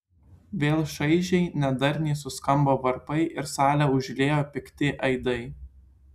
vėl šaižiai nedarniai suskambo varpai ir salę užliejo pikti aidai